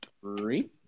three